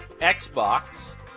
Xbox